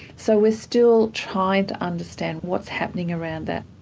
so we're still trying to understand what's happening around that.